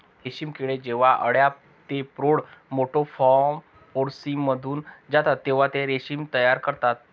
रेशीम किडे जेव्हा अळ्या ते प्रौढ मेटामॉर्फोसिसमधून जातात तेव्हा ते रेशीम तयार करतात